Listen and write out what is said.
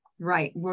Right